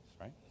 right